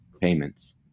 payments